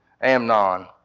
Amnon